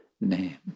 name